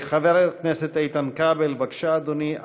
חבר הכנסת איתן כבל, בבקשה, אדוני.